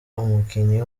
umukinnyi